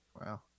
Wow